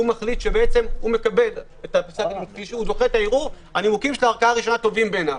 ומחליט שהוא דוחה את הערעור נימוקי הערכאה הראשונה טובים בעיניו.